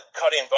Cutting